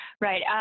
Right